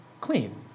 clean